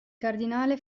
cardinale